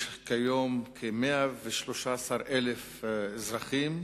יש כיום כ-113,000 אזרחים